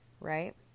right